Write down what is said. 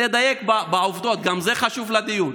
לדייק בעובדות, גם זה חשוב לדיון.